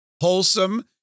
wholesome